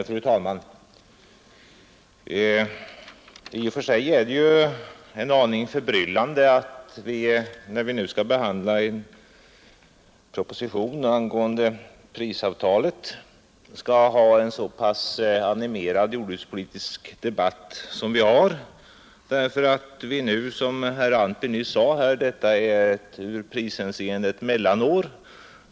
Fru talman! I och för sig är det ju en aning förbryllande att vi när vi nu skall behandla en proposition angående prisavtalet skall ha en så pass animerad jordbrukspolitisk debatt som vi har, eftersom detta som herr Antby nyss sade är i prishänseende ett mellanår.